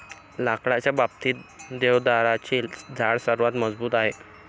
लाकडाच्या बाबतीत, देवदाराचे झाड सर्वात मजबूत आहे